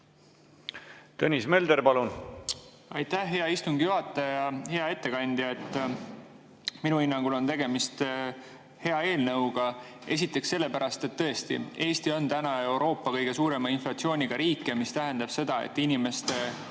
Tõnis Mölder, palun! Aitäh, hea istungi juhataja! Hea ettekandja! Minu hinnangul on tegemist hea eelnõuga. Esiteks sellepärast, et tõesti, Eesti on praegu Euroopas üks kõige suurema inflatsiooniga riike, mis tähendab seda, et inimeste